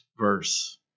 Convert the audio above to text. Verse